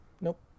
Nope